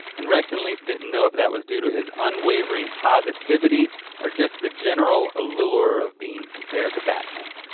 and rex and leaf didn't know if that was due to his unwavering positivity or just the general allure of being compared to batman.